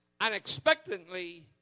unexpectedly